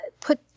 put